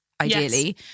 Ideally